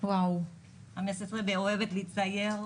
ואוהבת לצייר,